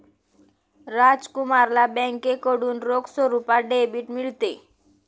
राजकुमारला बँकेकडून रोख स्वरूपात डेबिट मिळते